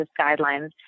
guidelines